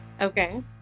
Okay